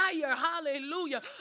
hallelujah